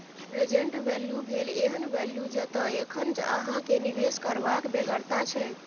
present value भेल एहन value जतय एखन अहाँ केँ निबेश करबाक बेगरता छै